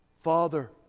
Father